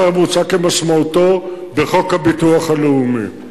הממוצע כמשמעותו בחוק הביטוח הלאומי.